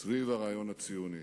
סביב הרעיון הציוני.